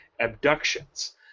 abductions